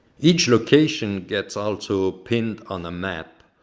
each location get also pined on a map.